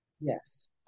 yes